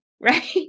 right